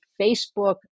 Facebook